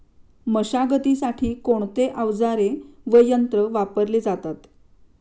मशागतीसाठी कोणते अवजारे व यंत्र वापरले जातात?